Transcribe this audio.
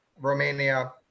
Romania